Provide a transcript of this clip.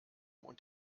und